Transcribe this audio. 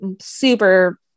super